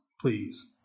please